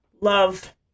love